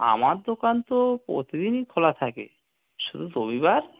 আমার দোকান তো প্রতিদিনই খোলা থাকে শুধু রবিবার